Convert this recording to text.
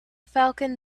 falcon